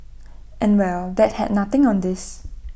and well that had nothing on this